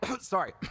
sorry